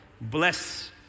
bless